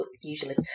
usually